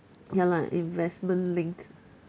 ya lah investment-linked